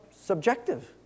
subjective